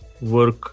work